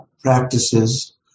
Practices